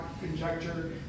conjecture